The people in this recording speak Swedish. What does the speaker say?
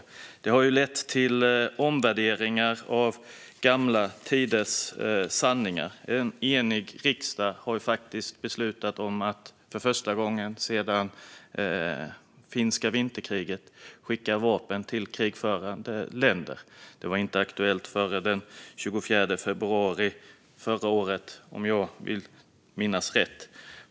Detta har lett till omvärderingar av gamla tiders sanningar. En enig riksdag har faktiskt beslutat att för första gången sedan finska vinterkriget skicka vapen till ett krigförande land. Det var inte aktuellt före den 24 februari förra året, om jag minns rätt.